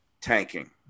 tanking